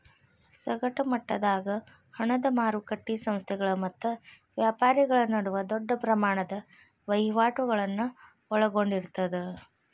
ಸಗಟ ಮಟ್ಟದಾಗ ಹಣದ ಮಾರಕಟ್ಟಿ ಸಂಸ್ಥೆಗಳ ಮತ್ತ ವ್ಯಾಪಾರಿಗಳ ನಡುವ ದೊಡ್ಡ ಪ್ರಮಾಣದ ವಹಿವಾಟುಗಳನ್ನ ಒಳಗೊಂಡಿರ್ತದ